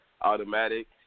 automatic